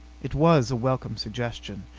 it was a welcome suggestion.